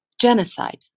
Genocide